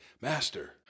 Master